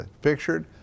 pictured